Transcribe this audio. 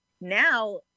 now